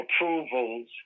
approvals